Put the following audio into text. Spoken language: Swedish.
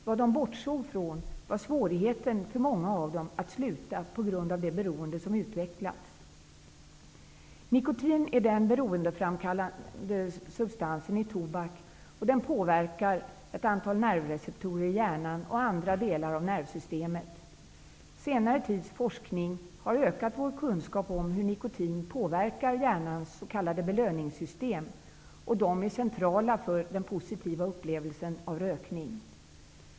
Vad de bortser från är svårigheten för många av dem att sluta på grund av det beroende som utvecklats. Nikotin är den beroendeframkallande substansen i tobak. Nikotinet påverkar ett antal nervreceptorer i hjärnan och andra delar av nervsystemet. Senare tids forskning har ökat vår kunskap om hur nikotin påverkar hjärnans s.k. belöningssystem, vilka är centrala för den positiva upplevelsen av rökning.